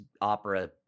opera